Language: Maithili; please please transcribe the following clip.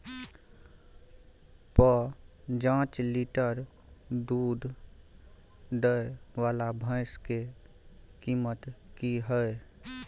प जॉंच लीटर दूध दैय वाला भैंस के कीमत की हय?